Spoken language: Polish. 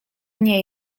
nie